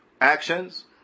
Actions